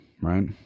right